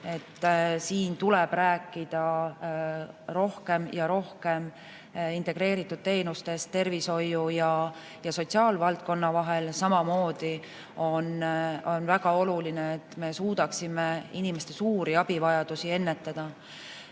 siin tuleb rääkida rohkem ja rohkem integreeritud teenustest tervishoiu ja sotsiaalvaldkonna vahel. Samamoodi on väga oluline, et me suudaksime inimeste suuri abivajadusi ennetada.